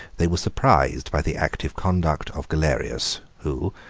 they were surprised by the active conduct of galerius, who,